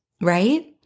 right